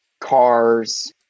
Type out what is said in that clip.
cars